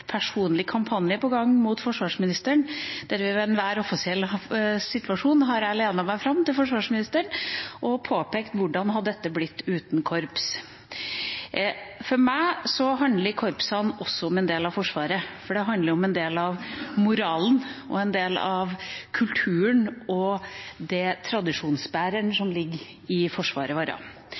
personlig kampanje på gang mot forsvarsministeren; ved enhver offisiell situasjon har jeg lent meg fram mot forsvarsministeren og påpekt: Hvordan hadde dette blitt uten korps? For meg handler korpsene også om en del av Forsvaret, for det handler om en del av moralen, om en del av kulturen og om den tradisjonsbæreren som ligger i Forsvaret vårt.